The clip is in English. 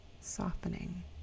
softening